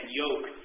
yoke